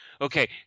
Okay